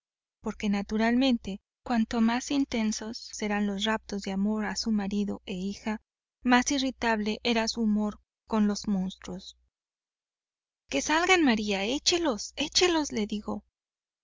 porque naturalmente cuanto más intensos eran los raptos de amor a su marido e hija más irritable era su humor con los monstruos que salgan maría echelos echelos le digo